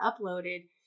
uploaded